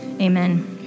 amen